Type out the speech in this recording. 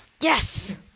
Yes